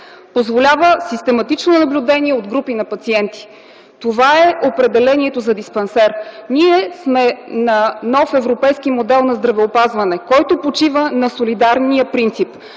позволява систематично наблюдение на групи от пациенти. Това е определението за диспансер. Ние сме на нов европейски модел на здравеопазване, който почива на солидарния принцип.